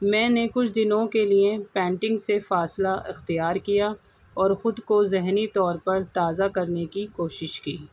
میں نے کچھ دنوں کے لیے پینٹنگ سے فاصلہ اختیار کیا اور خود کو ذہنی طور پر تازہ کرنے کی کوشش کی